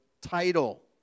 title